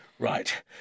Right